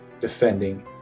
defending